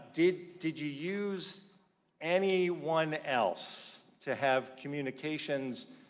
did did you use anyone else to have communications,